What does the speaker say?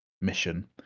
mission